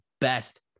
best